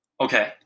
Okay